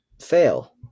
fail